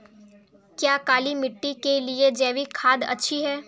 क्या काली मिट्टी के लिए जैविक खाद अच्छी है?